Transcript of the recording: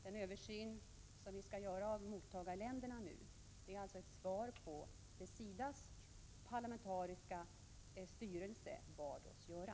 Den översyn av mottagarländerna som vi nu skall göra är alltså ett svar på vad SIDA:s parlamentariska styrelse bad oss att göra.